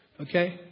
Okay